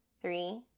three